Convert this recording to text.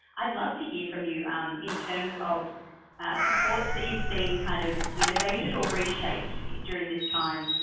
i'd love to hear from you in terms of supports that you've seen kind of innovated or reshaped during this time,